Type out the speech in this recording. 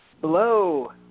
Hello